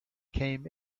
came